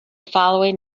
following